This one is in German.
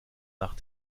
nach